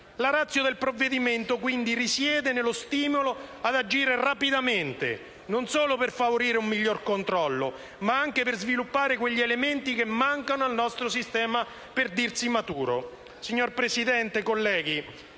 La *ratio* del provvedimento, quindi, risiede nello stimolo ad agire rapidamente, e non solo per favorire un miglior controllo, ma anche per sviluppare gli elementi che mancano al nostro sistema per dirsi maturo.